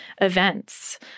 events